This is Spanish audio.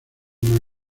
más